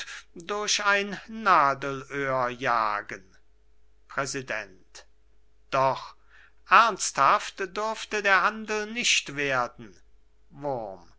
durch ein nadelöhr jagen präsident doch ernsthaft dürfte der handel nicht werden wurm